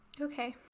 Okay